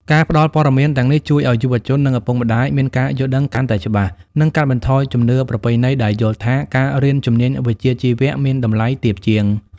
ការផ្តល់ព័ត៌មានទាំងនេះជួយឱ្យយុវជននិងឪពុកម្តាយមានការយល់ដឹងកាន់តែច្បាស់ និងកាត់បន្ថយជំនឿប្រពៃណីដែលយល់ថាការរៀនជំនាញវិជ្ជាជីវៈមានតម្លៃទាបជាង។